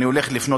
ואני הולך לפנות,